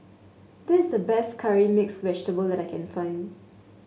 this is the best Curry Mixed Vegetable that I can find